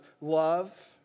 love